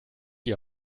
die